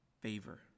favor